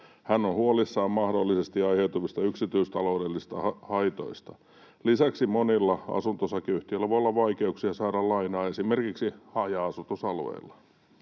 Hän on huolissaan mahdollisesti aiheutuvista yksityistaloudellista haitoista. Lisäksi monilla asunto-osakeyhtiöllä voi olla vaikeuksia saada lainaa esimerkiksi haja-asutusalueilla.